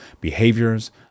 behaviors